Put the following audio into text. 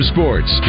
Sports